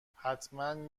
حتما